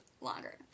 longer